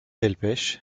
delpech